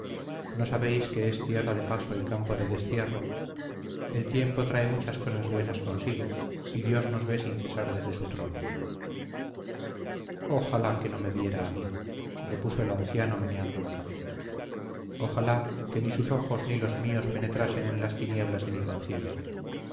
no sabéis que es tierra de paso y campo de destierro el tiempo trae muchas cosas buenas consigo y dios nos ve sin cesar desde su trono ojalá que no me viera a mí repuso el anciano meneando la cabeza ojalá que ni sus ojos ni los míos penetrasen en las tinieblas de mi conciencia